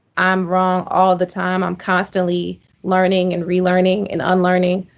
i'm wrong all the time. i'm constantly learning and relearning and unlearning.